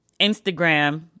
Instagram